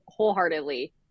wholeheartedly